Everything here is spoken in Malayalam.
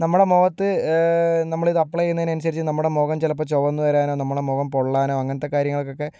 നമ്മുടെ മുഖത്ത് നമ്മൾ ഇത് അപ്ലൈ ചെയ്യുന്നതിന് അനുസരിച്ച് നമ്മുടെ മുഖം ചിലപ്പോൾ ചുവന്നു വരാനോ നമ്മുടെ മുഖം പൊള്ളാനോ അങ്ങനത്തെ കാര്യങ്ങൾക്കൊക്കെ